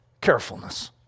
carefulness